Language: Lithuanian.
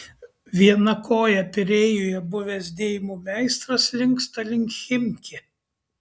viena koja pirėjuje buvęs dėjimų meistras linksta link chimki